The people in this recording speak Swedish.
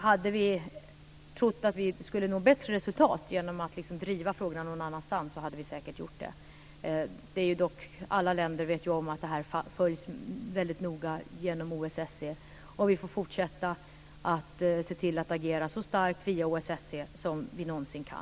Hade vi trott att vi skulle nå bättre resultat genom att driva frågorna någon annanstans, hade vi säkert gjort det. Alla länder vet ju om att det här följs väldigt noga genom OSSE. Vi får fortsätta att agera så starkt via OSSE som vi någonsin kan.